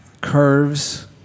curves